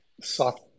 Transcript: soft